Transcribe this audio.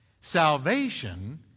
Salvation